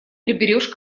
приберешь